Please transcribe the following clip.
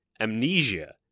amnesia